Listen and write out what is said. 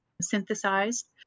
synthesized